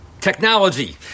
technology